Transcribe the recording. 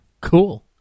Cool